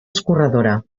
escorredora